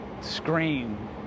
scream